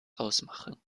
ausmachen